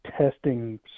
testing